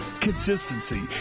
consistency